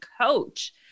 coach